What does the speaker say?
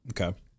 okay